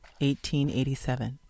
1887